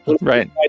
right